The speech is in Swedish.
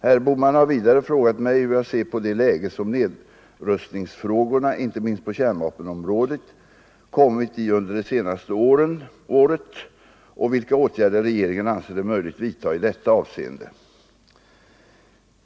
Herr Bohman har vidare frågat mig hur jag ser på det läge som nedrustningsfrågorna — inte minst på kärnvapenområdet - kommit i under det senaste året och vilka åtgärder regeringen anser det möjligt vidta i detta avseende.